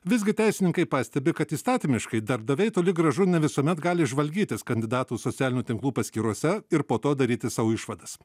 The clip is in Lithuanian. visgi teisininkai pastebi kad įstatymiškai darbdaviai toli gražu ne visuomet gali žvalgytis kandidatų socialinių tinklų paskyrose ir po to daryti savo išvadas